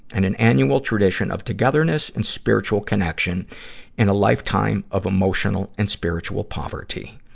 and an annual tradition of togetherness and spiritual connection and a lifetime of emotional and spiritual poverty.